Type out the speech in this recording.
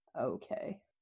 okay